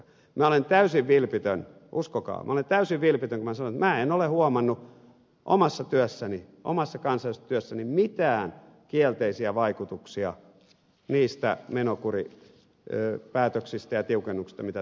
minä olen täysin vilpitön uskokaa minä olen täysin vilpitön kun minä sanon että minä en ole huomannut omassa työssäni omassa kansanedustajan työssäni mitään kielteisiä vaikutuksia niistä menokuripäätöksistä ja tiukennuksista mitä täällä on tehty